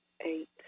eight